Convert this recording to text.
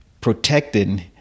protecting